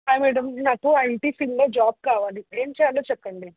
hi madam నాకు IT ఫీల్డ్లో job కావాలి ఏమి చేయాలో చెప్పండి